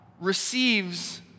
receives